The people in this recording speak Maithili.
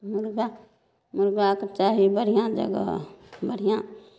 मुर्गा मुर्गाके चाही बढ़िआँ जगह बढ़िआँ